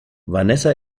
vanessa